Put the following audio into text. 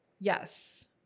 Yes